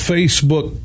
Facebook